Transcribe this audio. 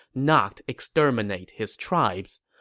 not exterminate his tribes.